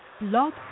Love